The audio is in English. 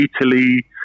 Italy